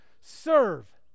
serve